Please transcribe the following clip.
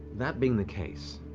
that being the case.